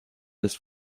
des